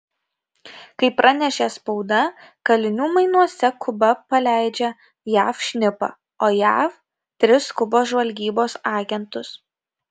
kaip pranešė spauda kalinių mainuose kuba paleidžia jav šnipą o jav tris kubos žvalgybos agentus